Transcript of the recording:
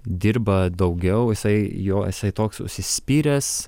dirba daugiau jisai jo jisai toks užsispyręs